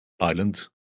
island